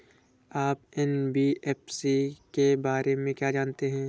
आप एन.बी.एफ.सी के बारे में क्या जानते हैं?